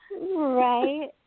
Right